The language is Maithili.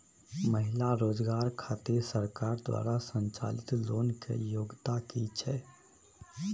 महिला रोजगार खातिर सरकार द्वारा संचालित लोन के योग्यता कि छै?